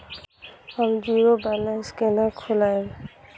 हम zero balance केना खोलैब?